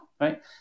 right